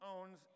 owns